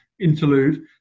interlude